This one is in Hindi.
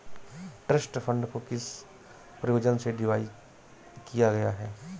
ट्रस्ट फंड को किस प्रयोजन से डिज़ाइन किया गया है?